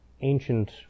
ancient